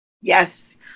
Yes